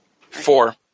Four